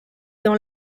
dans